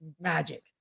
magic